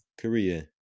Korea